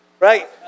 Right